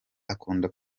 akunda